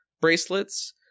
bracelets